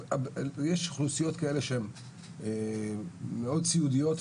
יש אוכלוסיות כאלה שמאוד סיעודיות,